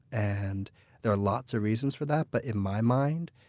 and there are lots of reasons for that. but in my mind,